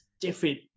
Different